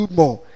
more